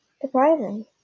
surprising